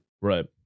Right